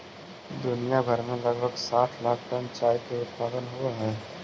दुनिया भर में लगभग साठ लाख टन चाय के उत्पादन होब हई